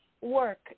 work